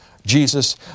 Jesus